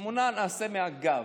תמונה נעשה מהגב.